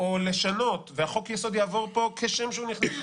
או לשנות וחוק היסוד יעבור פה כשם שהוא נכנס,